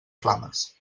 flames